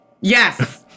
Yes